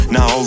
Now